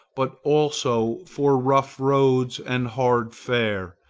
but also for rough roads and hard fare,